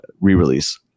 re-release